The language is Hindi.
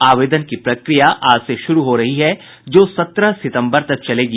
आवेदन की प्रक्रिया आज से शुरू हो रही है जो सत्रह सितंबर तक चलेगी